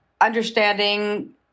understanding